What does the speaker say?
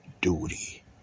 duty